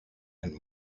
and